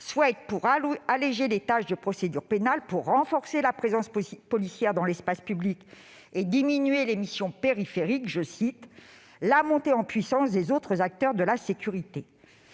souhaite, pour alléger les tâches de procédure pénale, pour renforcer la présence policière dans l'espace public et diminuer leurs missions « périphériques »,« la montée en puissance des autres acteurs de la sécurité »,